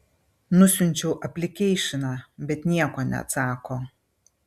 nusiunčiau aplikeišiną bet nieko neatsako